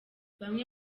bamwe